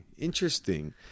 Interesting